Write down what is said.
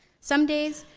some days,